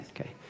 Okay